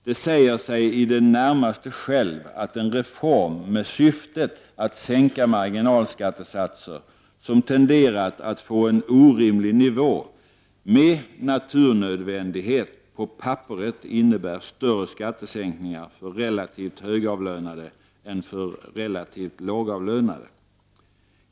Det säger sig i det närmaste självt, att en reform med syftet att sänka marginalskattesatser som tenderat att få en orimlig nivå, med naturnödvändighet på papperet innebär större skattesänkningar för relativt högavlönade än för relativt lågavlönade.